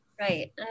Right